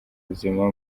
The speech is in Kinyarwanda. buzima